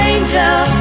Angel